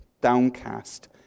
downcast